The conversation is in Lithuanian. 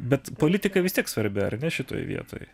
bet politika vis tiek svarbi ar ne šitoj vietoj